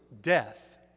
death